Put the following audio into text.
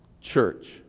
church